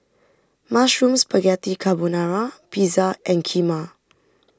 Mushroom Spaghetti Carbonara Pizza and Kheema